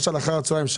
למשל אחר הצהריים,